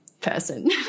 person